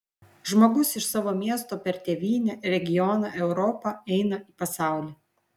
žmogus iš savo miesto per tėvynę regioną europą eina į pasaulį